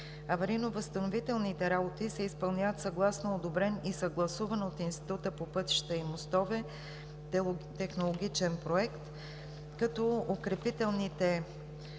Аварийно-възстановителните работи се изпълняват съгласно одобрен и съгласуван от Института по пътища и мостове технологичен проект, като укрепителните